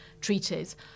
treaties